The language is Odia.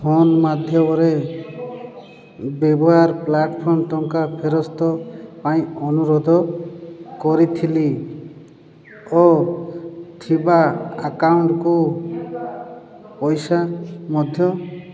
ଫୋନ ମାଧ୍ୟମରେ ବ୍ୟବହାର ପ୍ଲାଟ୍ଫର୍ମ ଟଙ୍କା ଫେରସ୍ତ ପାଇଁ ଅନୁରୋଧ କରିଥିଲି ଓ ଥିବା ଆକାଉଣ୍ଟକୁ ପଇସା ମଧ୍ୟ